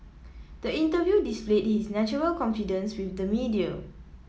the interview displayed his natural confidence with the media